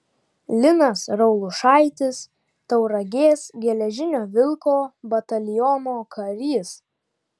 linas raulušaitis tauragės geležinio vilko bataliono karys